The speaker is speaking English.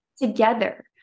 together